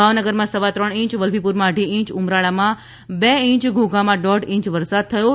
ભાવનગરમાં સવા ત્રણ ઇંચ વલ્લભીપુરમાં અઢી ઇંચ ઉમરાળમાં બે ઇંચ ઘોઘામાં દોઢ ઇંચ વરસાદ થયો છે